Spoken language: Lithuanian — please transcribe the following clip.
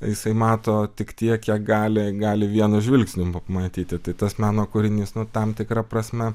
jisai mato tik tiek kiek gali gali vienu žvilgsniu matyti tai tas meno kūrinys tam tikra prasme